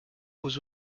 aux